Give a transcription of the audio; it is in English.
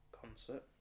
concert